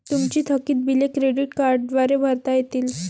तुमची थकीत बिले क्रेडिट कार्डद्वारे भरता येतील